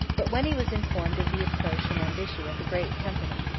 but when he was informed of the approach and ambition of the great company,